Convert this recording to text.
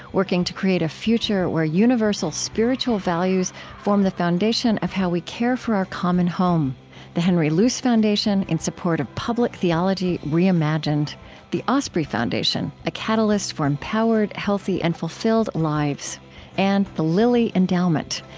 working to create a future where universal spiritual values form the foundation of how we care for our common home the henry luce foundation, in support of public theology reimagined the osprey foundation, a catalyst for empowered, healthy, and fulfilled lives and the lilly endowment,